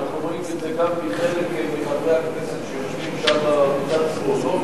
ואנחנו רואים את זה גם מחלק מחברי הכנסת שיושבים שם מצד שמאל,